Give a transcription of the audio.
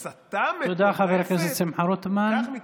תודה, חבר הכנסת שמחה רוטמן.